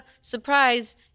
surprise